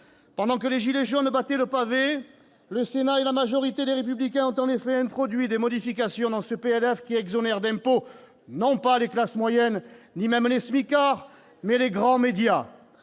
Pendant que les « gilets jaunes » battaient le pavé, le Sénat et sa majorité, à savoir le groupe Les Républicains, ont en effet introduit des modifications dans ce PLF pour exonérer d'impôts non pas les classes moyennes, ni même les smicards, mais les grands médias.